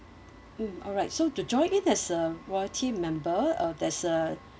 mm alright so to join in as a loyalty member uh that's a